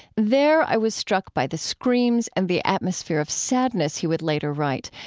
there i was struck by the screams and the atmosphere of sadness, he would later write,